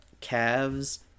calves